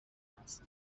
است